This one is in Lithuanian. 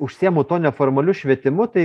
užsiemu tuo neformaliu švietimu tai